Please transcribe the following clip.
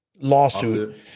lawsuit